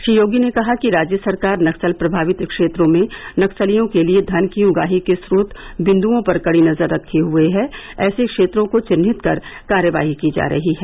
श्री योगी ने कहा कि राज्य सरकार नक्सल प्रमावित क्षेत्रों में नक्सलियों के लिये घन की उगाही के स्रोत बिन्दुओं पर कड़ी नजर रखे हुए है ऐसे क्षेत्रों को चिन्हित कर कार्यवाही की जा रही है